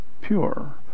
pure